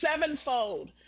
sevenfold